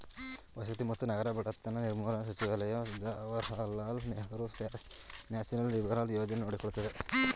ವಸತಿ ಮತ್ತು ನಗರ ಬಡತನ ನಿರ್ಮೂಲನಾ ಸಚಿವಾಲಯ ಜವಾಹರ್ಲಾಲ್ ನೆಹರು ನ್ಯಾಷನಲ್ ರಿನಿವಲ್ ಯೋಜನೆ ನೋಡಕೊಳ್ಳುತ್ತಿದೆ